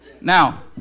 Now